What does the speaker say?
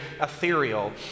ethereal